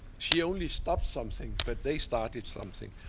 she only stopped something, but they started something.